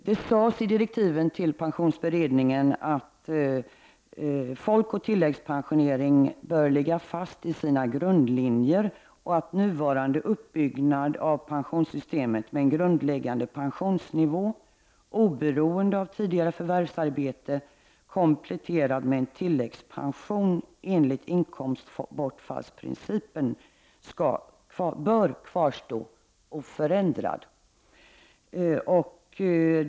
Det sades i direktiven till pensionsberedningen att folkoch tilläggspensioneringen bör ligga fast i sina grundlinjer och att nuvarande uppbyggnad av pensionssystemet med en grundläggande pensionsnivå oberoende av tidigare förvärvsarbete kompletterad med en tilläggspension enligt inkomstbortfallsprincipen bör kvarstå oförändrad.